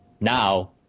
Now